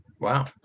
wow